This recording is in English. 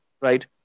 right